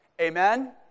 Amen